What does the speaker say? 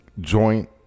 joint